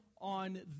on